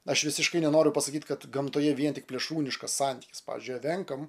aš visiškai nenoriu pasakyt kad gamtoje vien tik plėšrūniškas antys pavyzdžiui evenkam